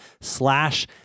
slash